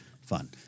fun